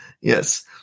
yes